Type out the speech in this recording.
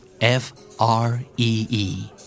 F-R-E-E